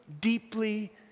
deeply